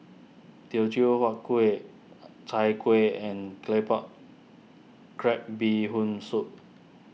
Teochew Huat Kuih Chai Kueh and Claypot Crab Bee Hoon Soup